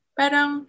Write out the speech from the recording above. parang